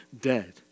dead